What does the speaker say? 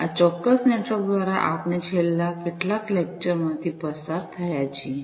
આ ચોક્કસ નેટવર્ક દ્વારા આપણે છેલ્લા કેટલાક લેકચર માથી પસાર થયા છીએ